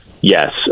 yes